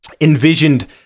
envisioned